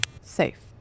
safe